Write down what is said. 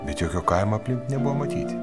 bet jokio kaimo aplink nebuvo matyti